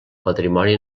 patrimoni